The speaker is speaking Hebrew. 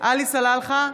עלי סלאלחה,